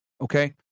okay